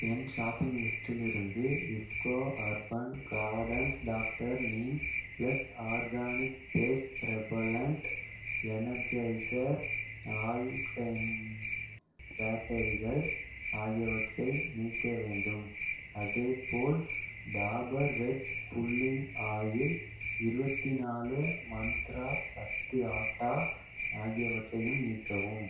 என் shopping லிஸ்ட்டிலிருந்து IFFCO urban gardens doctor neem plus organic paste repellent Energizer alkaline பேட்டரிகள் ஆகியவற்றை நீக்க வேண்டும் அதேபோல் டாபர் ரெட் புல்லிங் ஆயில் இருபத்தி நாலு மந்த்ரா சத்து ஆட்டா ஆகியவற்றையும் நீக்கவும்